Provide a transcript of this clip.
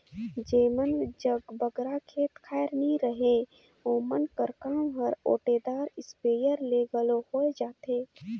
जेमन जग बगरा खेत खाएर नी रहें ओमन कर काम हर ओटेदार इस्पेयर ले घलो होए जाथे